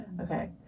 Okay